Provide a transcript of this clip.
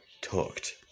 talked